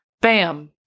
bam